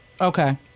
Okay